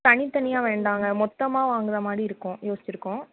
தனித்தனியாக வேண்டாம்ங்க மொத்தமாக வாங்குகிற மாதிரி இருக்கோம் யோசித்திருக்கோம்